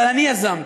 אבל אני יזמתי.